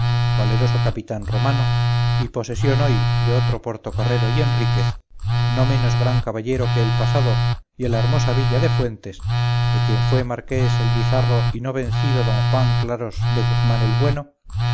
valeroso capitán romano y posesión hoy de otro portocarrero y enríquez no menos gran caballero que el pasado y a la hermosa villa de fuentes de quien fué marqués el bizarro y no vencido don juan claros de guzmán el bueno